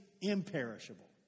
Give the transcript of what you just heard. imperishable